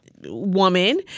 woman